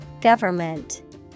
Government